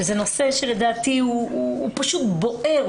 שזה נושא שלדעתי הוא פשוט בוער,